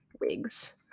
wigs